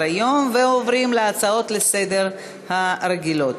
להצעות לסדר-היום הרגילות.